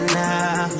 now